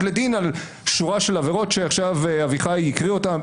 לדין על שורה של עבירות שעכשיו אביחי הקריא אותם.